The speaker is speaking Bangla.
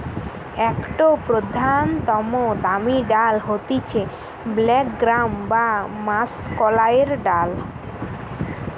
একটো প্রধানতম দামি ডাল হতিছে ব্ল্যাক গ্রাম বা মাষকলাইর ডাল